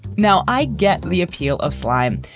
now i get the appeal of slime.